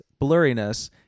blurriness